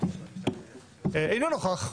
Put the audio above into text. אינו נוכח,